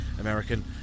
American